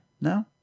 no